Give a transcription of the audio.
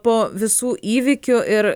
po visų įvykių ir